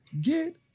get